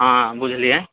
हँ बुझलिऐ